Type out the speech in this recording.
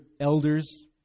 elders